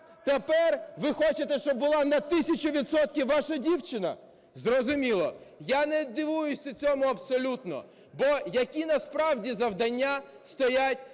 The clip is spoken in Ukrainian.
Тепер ви хочете, щоб була на тисячу відсотків ваша дівчина? Зрозуміло. Я не дивуюсь цьому абсолютно, бо які насправді завдання стоять